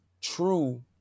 true